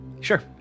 Sure